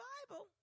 Bible